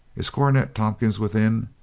is cornet tompkins within?